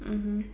mmhmm